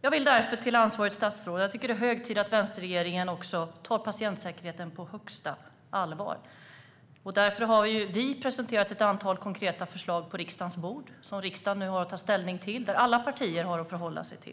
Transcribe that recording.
Jag vill därför säga till ansvarigt statsråd att jag tycker att det är hög tid att också vänsterregeringen tar patientsäkerheten på största allvar. Vi har lagt ett antal konkreta förslag på riksdagens bord, och riksdagen har nu att ta ställning till dem. Alla partier har att förhålla sig till